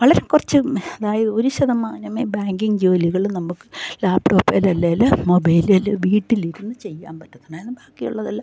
വളരെക്കുറച്ച് അതായത് ഒരു ശതമാനമേ ബാങ്കിങ്ങ് ജോലികൾ നമുക്ക് ലാപ്ടോപ്പേൽ അല്ലെങ്കിൽ മൊബൈലേൽ വീട്ടിലിരിന്ന് ചെയ്യാൻ പറ്റുന്നുണ്ടായിരുന്നുള്ളൂ ബാക്കിയുള്ളതെല്ലാം